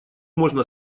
можно